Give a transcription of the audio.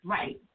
Right